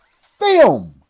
Film